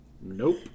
Nope